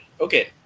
okay